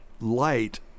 light